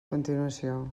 continuació